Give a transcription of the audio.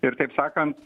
ir taip sakant